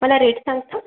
मला रेट सांगता